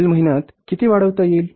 पुढील महिन्यात किती वाढवता येईल